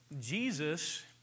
Jesus